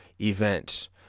event